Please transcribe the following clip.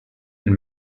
and